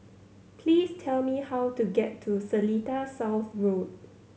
please tell me how to get to Seletar South Road